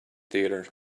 theatre